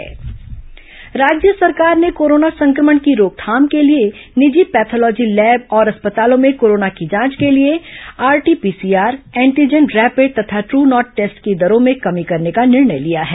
corona जांच दर राज्य सरकार ने कोरोना संक्रमण की रोकथाम के लिए निजी पैथोलॉजी लैबों और अस्पतालों में कोरोना की जांच के लिए आरटी पीसीआर एंटीजन रैपिड तथा ट्रू नॉट टेस्ट की दरों में कमी करने का निर्णय लिया है